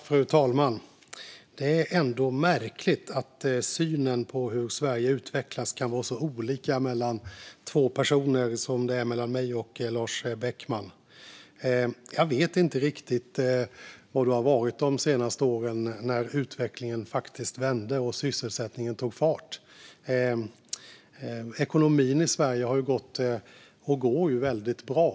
Fru talman! Det är ändå märkligt att synen på hur Sverige utvecklas kan vara så olika mellan två personer som den är mellan mig och Lars Beckman. Jag vet inte riktigt var du har varit de senaste åren, Lars Beckman, när utvecklingen faktiskt har vänt och sysselsättningen tagit fart. Ekonomin i Sverige har ju gått - och går - väldigt bra.